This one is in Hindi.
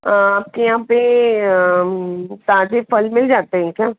आपके यहाँ पर ताज़े फल मिल जाते हैं क्या